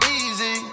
easy